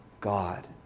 God